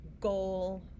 goal